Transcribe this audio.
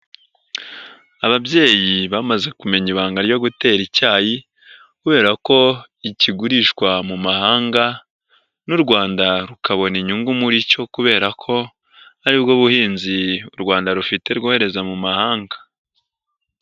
Ababyeyi bamaze kumenya ibanga ryo gutera icyayi kubera ko kigurishwa mu mahanga n'u Rwanda rukabona inyungu muri cyo kubera ko aribwo buhinzi u Rwanda rufite rwohereza mu mahanga.